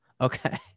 Okay